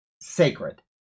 sacred